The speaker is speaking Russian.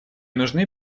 нужны